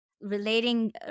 relating